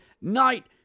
night